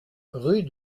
rue